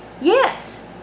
yes